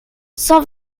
cent